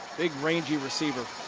big rangy receiver.